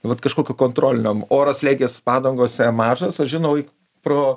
vat kažkokio kontroliniam oro slėgis padangose mažas aš žinau pro